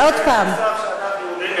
יש מושג שאנחנו יודעים עברית,